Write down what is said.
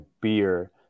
beer